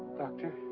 doctor.